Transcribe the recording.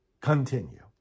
continue